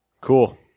Cool